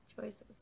choices